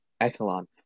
echelon